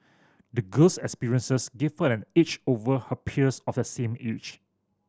the girl's experiences gave her an edge over her peers of the same age